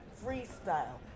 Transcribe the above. freestyle